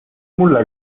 mulle